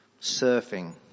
surfing